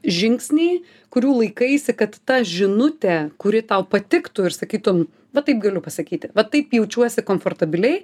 žingsniai kurių laikaisi kad ta žinutė kuri tau patiktų ir sakytum va taip galiu pasakyti va taip jaučiuosi komfortabiliai